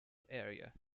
area